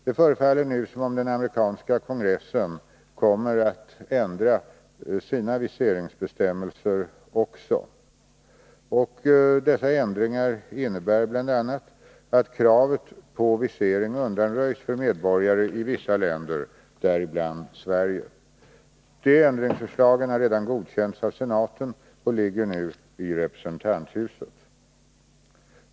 Det förefaller nu som om den amerikanska kongressen kommer att ändra USA:s viseringsbestämmelser också. Dessa ändringar innebär bl.a. att kravet på visering undanröjs för medborgare i vissa länder, däribland Sverige. De ändringsförslagen har redan godkänts av senaten och ligger nu i representanthuset.